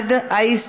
חנין,